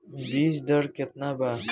बीज दर केतना बा?